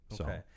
Okay